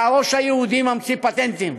לכך שהראש היהודי ממציא פטנטים.